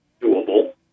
doable